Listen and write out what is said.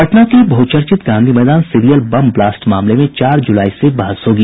पटना के बहचर्चित Gandhi Maidan serial bomb blast मामले में चार जूलाई से बहस होगी